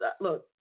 look